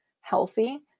healthy